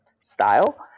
style